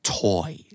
Toy